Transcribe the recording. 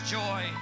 joy